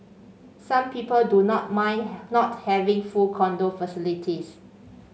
some people do not mind not having full condo facilities